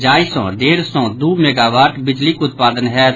जाहि सँ डेढ़ सँ दू मेगावाट बिजलीक उत्पादन होयत